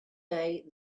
day